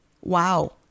wow